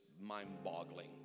mind-boggling